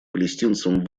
палестинцам